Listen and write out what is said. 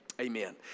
amen